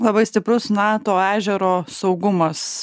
labai stiprus nato ežero saugumas